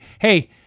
Hey